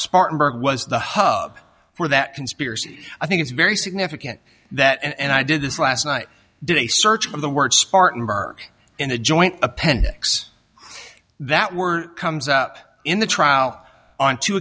spartanburg was the hub for that conspiracy i think it's very significant that and i did this last night did a search on the word spartanburg in a joint appendix that were comes up in the trial on two